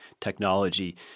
technology